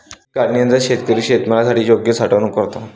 पीक काढणीनंतर शेतकरी शेतमालाची योग्य साठवणूक करतो